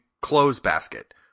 clothes-basket